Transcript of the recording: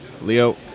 Leo